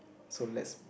so let's